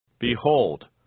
Behold